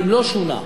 לא הועלה,